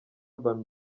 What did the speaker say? urban